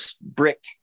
brick